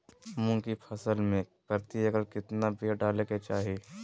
मूंग की फसल में प्रति एकड़ कितना बिया डाले के चाही?